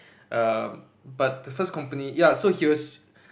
uh but the first company ya he was